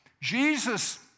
Jesus